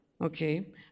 Okay